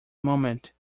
moment